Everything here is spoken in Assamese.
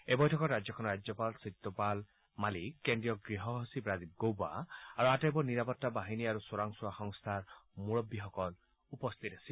এই বৈঠকত ৰাজ্যখনৰ ৰাজ্যপাল সত্যপাল মালিক কেন্দ্ৰীয় গৃহ সচিব ৰাজীৱ গৌবা আৰু আটাইবোৰ নিৰাপত্তা বাহিনী আৰু চোৰাং চোৱা সংস্থাৰ মুৰববীসকল উপস্থিত আছিল